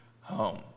home